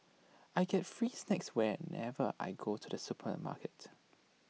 I get free snacks whenever I go to the supermarket